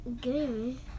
Game